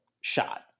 shot